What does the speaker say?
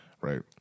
right